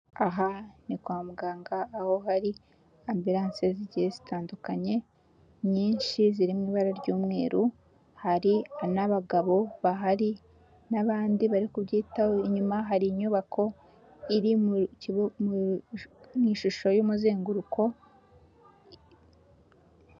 Aha ni kwa muganga aho hari amburanse zigiye zitandukanye, inyinshi ziri mu ibara ry'umweru, hari n'abagabo bahari n'abandi bari kubyitaho. Inyuma hari inyubako iri mu ishusho y'umuzenguruko.